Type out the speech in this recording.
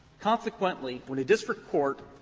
consequently, when a district court,